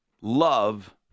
love